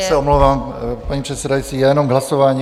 Já se omlouvám, paní předsedající, jenom k hlasování.